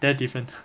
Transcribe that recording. that's different